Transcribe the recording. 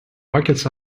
buckets